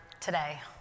today